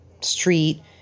street